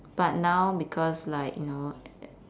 but now because like you know